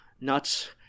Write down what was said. nuts